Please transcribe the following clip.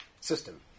system